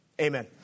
Amen